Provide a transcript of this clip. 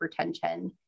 hypertension